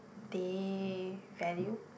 they value